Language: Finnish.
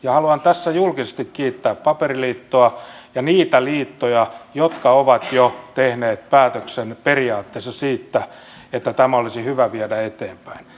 haluan tässä julkisesti kiittää paperiliittoa ja niitä liittoja jotka ovat jo tehneet päätöksen periaatteessa siitä että tämä olisi hyvä viedä eteenpäin